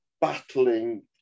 battling